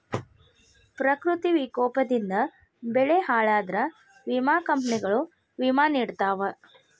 ಪ್ರಕೃತಿ ವಿಕೋಪದಿಂದ ಬೆಳೆ ಹಾಳಾದ್ರ ವಿಮಾ ಕಂಪ್ನಿಗಳು ವಿಮಾ ನಿಡತಾವ